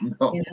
No